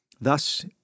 Thus